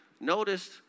Notice